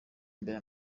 imbere